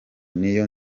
niyo